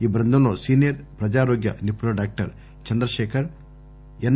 ఈ బృందంలో సీనియర్ ప్రజారోగ్య నిపుణులు డాక్టర్ చంద్రశేఖర్ ఎస్